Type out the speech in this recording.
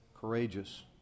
Courageous